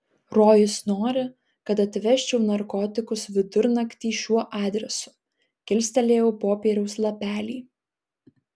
rojus nori kad atvežčiau narkotikus vidurnaktį šiuo adresu kilstelėjau popieriaus lapelį